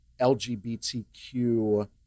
lgbtq